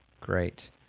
Great